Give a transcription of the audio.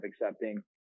accepting